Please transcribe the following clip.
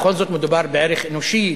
בכל זאת מדובר בערך אנושי,